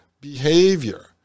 behavior